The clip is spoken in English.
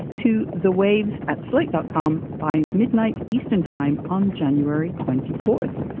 to the waves at slate dot com. by midnight eastern time on january twenty fourth,